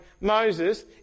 Moses